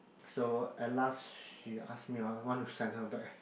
so at last she ask me I I wanna send her back